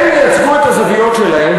הם ייצגו את הזוויות שלהם,